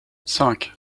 cinq